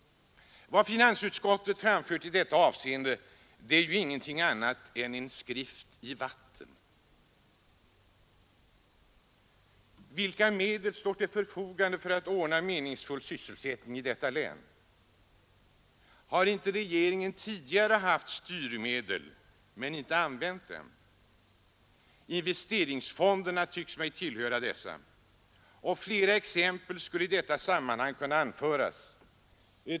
Vad finansutskottet framfört i detta avseende är ingenting annat än en ”skrift i vatten”. Vilka medel står till förfogande för att ordna meningsfull sysselsättning i detta län? Har inte regeringen tidigare haft styrmedel men inte använt dem? Investeringsfonderna tycks mig tillhöra dessa. Flera exempel skulle i detta sammanhang kunna anföras.